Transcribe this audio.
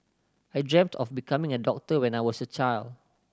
I dreamt of becoming a doctor when I was a child